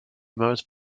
most